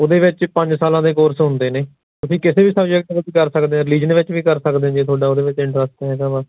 ਉਹਦੇ ਵਿੱਚ ਪੰਜ ਸਾਲਾਂ ਦੇ ਕੋਰਸ ਹੁੰਦੇ ਨੇ ਤੁਸੀਂ ਕਿਸੇ ਵੀ ਸਬਜੈਕਟ ਵਿੱਚ ਕਰ ਸਕਦੇ ਹਾਂ ਰਿਲੀਜ਼ਨ ਵਿੱਚ ਵੀ ਕਰ ਸਕਦੇ ਜੇ ਤੁਹਾਡਾ ਉਹਦੇ ਵਿੱਚ ਇੰਟਰਸਟ ਹੈਗਾ ਵਾ